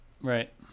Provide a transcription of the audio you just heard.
Right